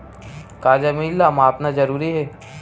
का जमीन ला मापना जरूरी हे?